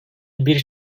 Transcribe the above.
bir